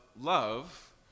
love